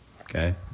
Okay